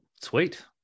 Sweet